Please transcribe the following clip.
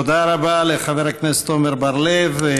תודה רבה לחבר הכנסת עמר בר-לב.